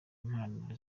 impano